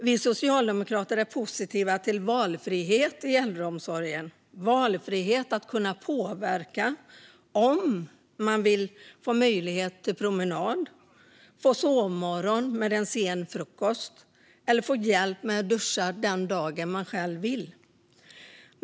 Vi socialdemokrater är positiva till valfrihet i äldreomsorgen, valfrihet att kunna påverka om man vill ha möjlighet till promenad och sovmorgon med en sen frukost eller att få hjälp med att duscha den dag man själv vill.